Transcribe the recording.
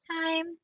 time